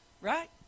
right